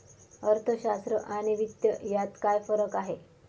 अर्थशास्त्र आणि वित्त यात काय फरक आहे